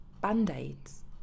band-aids